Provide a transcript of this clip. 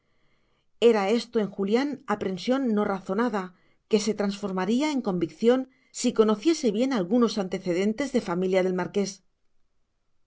era esto en julián aprensión no razonada que se transformaría en convicción si conociese bien algunos antecedentes de familia del marqués